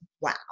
Wow